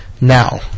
Now